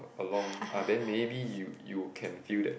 along ah then maybe you you can feel that